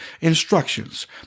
instructions